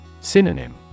Synonym